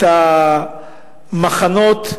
את המחנות.